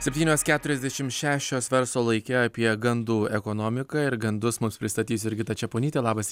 septynios keturiasdešim šešios verslo laike apie gandų ekonomiką ir gandus mums pristatys jurgita čeponytė labas